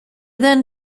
then